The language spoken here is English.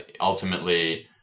ultimately